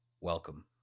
Welcome